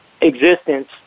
existence